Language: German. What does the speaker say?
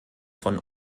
von